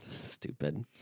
Stupid